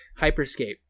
Hyperscape